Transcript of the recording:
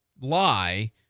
Lie